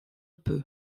peu